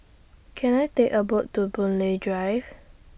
Can I Take A boot to Boon Lay Drive